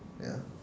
ya